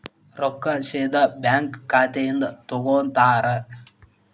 ರೊಕ್ಕಾ ಸೇದಾ ಬ್ಯಾಂಕ್ ಖಾತೆಯಿಂದ ತಗೋತಾರಾ?